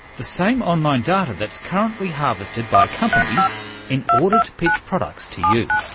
the same online data that is currently harvested by companies in order to pitch products to you.